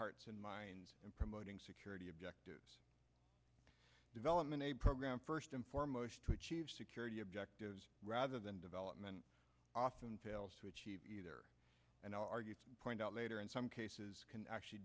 hearts and minds in promoting security objectives development program first and foremost to achieve security objectives rather than development often fails to achieve either and i argue point out later in some cases can actually